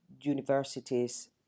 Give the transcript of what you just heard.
universities